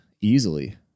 easily